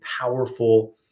powerful